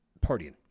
partying